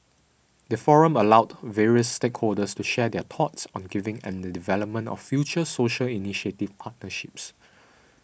the forum allowed various stakeholders to share their thoughts on giving and the development of future social initiative partnerships